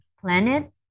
planet